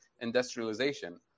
industrialization